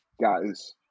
guys